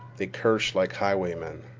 they cursed like highwaymen.